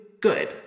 good